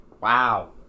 Wow